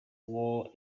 war